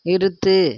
நிறுத்து